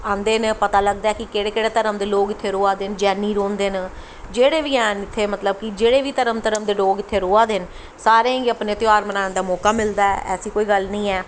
आंदे नै पता लगदा ऐ कि केह्ड़े केह्ड़े धर्म दे लोग इत्थें रौंह्दे न जैनी रौंह्दे न जेह्ड़े बी हैन मतलव कि जेह्ड़े जेह्ड़े बी धर्म दे लोग इत्थें रवा दे न सारें गी इत्तें ध्यार बनानें दा मौका मिलदा ऐ ऐसी कोई गल्ल नी ऐ